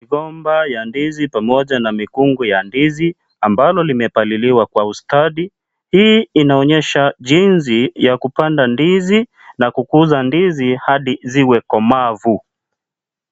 Migomba ya ndizi pamoja na mikungu ya ndizi ambalo limepaliliwa kwa ustadi hii inaonyesha jinsi ya kupanda ndizi na kukuza ndizi hadi ziwe komavu.